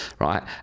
Right